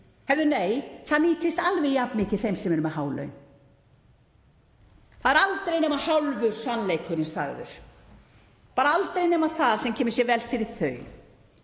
Heyrðu, nei, það nýtist alveg jafn mikið þeim sem eru með há laun. Það er aldrei nema hálfur sannleikurinn sagður, aldrei nema það sem kemur sér vel fyrir þau,